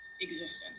existence